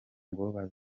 ngo